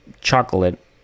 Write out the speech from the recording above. chocolate